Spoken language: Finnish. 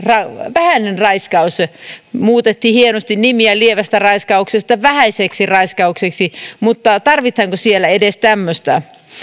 vähäinen raiskaus muutettiin hienosti nimiä lievästä raiskauksesta vähäiseksi raiskaukseksi mutta tarvitaanko siellä edes tämmöistä